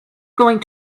going